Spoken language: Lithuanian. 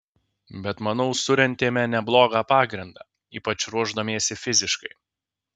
bet manau surentėme neblogą pagrindą ypač ruošdamiesi fiziškai